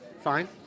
fine